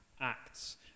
Acts